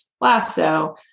Lasso